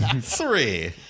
Three